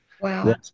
Wow